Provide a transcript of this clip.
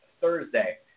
Thursday